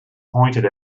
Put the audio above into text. pointed